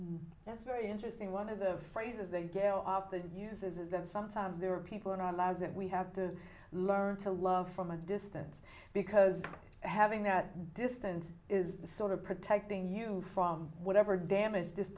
that's very interesting one of the phrases they get off the uses is that sometimes there are people in our lives that we have to learn to love from a distance because having that distance is the sort of protecting you from whatever damage this